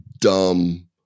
dumb